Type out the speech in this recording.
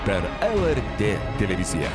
per el er tė televiziją